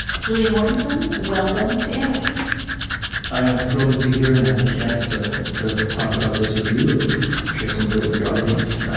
julian mortenson welcome to atticus i am thrilled to be here and to have the chance to to talk about this with you and share some of it with your audience.